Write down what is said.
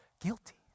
guilty